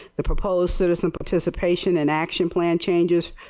the proposaled citizen participation and action plan changes,